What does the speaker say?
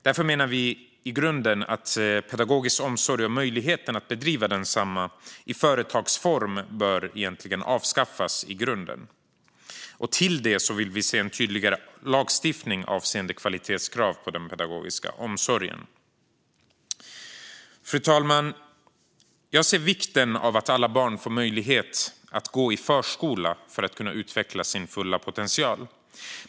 Därför menar vi att pedagogisk omsorg och möjligheterna att bedriva densamma i företagsform bör avskaffas. Till det vill vi se tydligare lagstiftning avseende kvalitetskrav på den pedagogiska omsorgen. Fru talman! Jag ser vikten av att alla barn får möjlighet att gå i förskola för att kunna utveckla sin fulla potential.